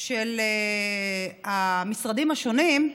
של המשרדים השונים,